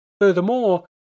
Furthermore